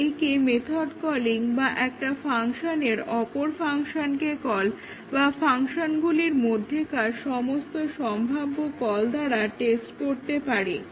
আমরা একে method calling বা একটা ফাংশনের অপর ফাংশনকে কল বা ফাংশনগুলির মধ্যেকার সমস্ত সম্ভাব্য কল দ্বারা টেস্ট করতে পারি